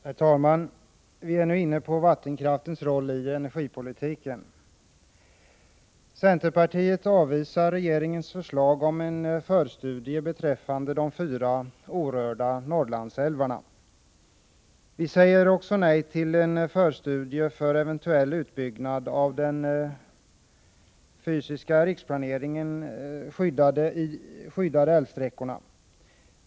Herr talman! Vi är nu inne på vattenkraftens roll i energipolitiken. Centerpartiet avvisar regeringens förslag om en förstudie beträffande de fyra orörda Norrlandsälvarna. Vi säger också nej till en förstudie för eventuell utbyggnad av de i den fysiska riksplaneringen skyddade älvsträckorna.